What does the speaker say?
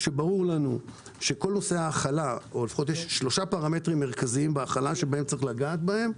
יש שלושה פרמטרים מרכזיים בהכלה שצריך לגעת בהם: